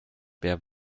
wer